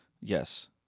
Yes